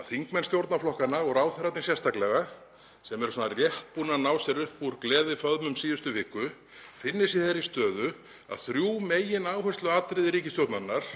að þingmenn stjórnarflokkanna og ráðherrarnir sérstaklega, sem eru svona rétt búnir að ná sér upp úr gleðiföðmum síðustu viku, finni sig í þeirri stöðu að þrjú megináhersluatriði ríkisstjórnarinnar,